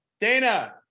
Dana